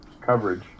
coverage